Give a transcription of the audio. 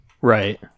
Right